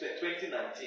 2019